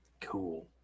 cool